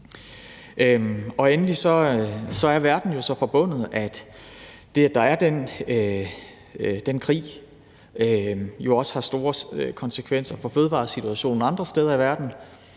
Endelig er verden jo så forbundet, at det, at der er den krig, jo også har store konsekvenser for fødevaresituationen andre steder i verden.